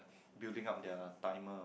building up their timer